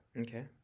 Okay